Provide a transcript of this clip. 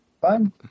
fine